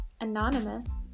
anonymous